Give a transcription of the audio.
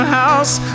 house